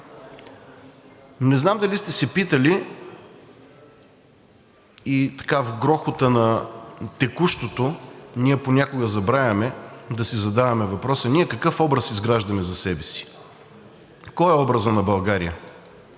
Не знам дали сте се питали и така в грохота на текущото ние понякога забравяме да си задаваме въпроса, ние какъв образ изграждаме за себе си? Кой е образът на България